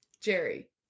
Jerry